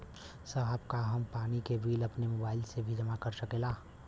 साहब का हम पानी के बिल अपने मोबाइल से ही जमा कर सकेला?